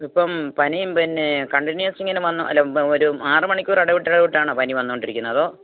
ഇതിപ്പം പനിയും പിന്നെ കകണ്ടിന്യൂസ് ഇങ്ങനെ വരും ഒരു ആറു മണിക്കൂർ ഇടവിട്ടിടവിട്ടാണോ പനി വന്നോണ്ടിരിക്കുന്നത്